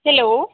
hello